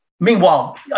Meanwhile